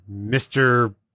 Mr